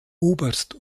oberst